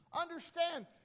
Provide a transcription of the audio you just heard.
Understand